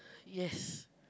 yes